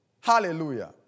Hallelujah